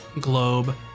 globe